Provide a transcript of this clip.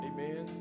Amen